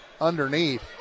underneath